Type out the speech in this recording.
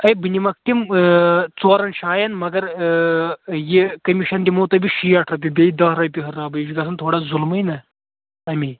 ہے بہٕ نِمَکھ تِم ژورَن جایَن مَگر یہِ کٔمِشَن دِمو تۄہہِ بہٕ شیٹھ رۄپیہِ بیٚیہِ دَہ رۄپیہِ ہُراوٕ بہٕ یہِ چھُ گژھان تھوڑا ظُلمُے نہ اَمی